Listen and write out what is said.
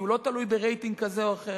כי הוא לא תלוי ברייטינג כזה או אחר,